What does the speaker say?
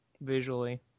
visually